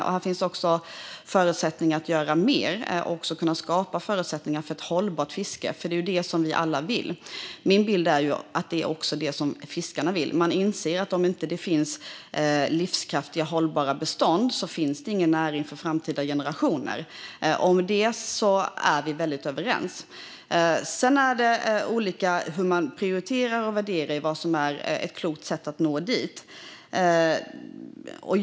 Det finns förutsättningar för att göra mer och för att skapa ett hållbart fiske. Det är det vi alla vill ha. Min bild är att det också är vad fiskarna vill. Man inser att om det inte finns livskraftiga och hållbara bestånd finns det ingen näring för framtida generationer. Om det är vi väldigt överens. Sedan prioriterar vi och värderar på olika sätt vad gäller kloka sätt att nå dit.